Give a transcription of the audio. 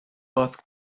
both